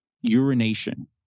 urination